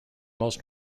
most